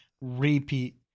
repeat